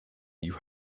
you